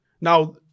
Now